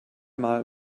mal